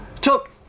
took